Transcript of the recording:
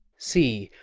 see,